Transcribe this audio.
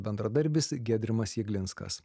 bendradarbis giedrimas jeglinskas